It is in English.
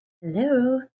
Hello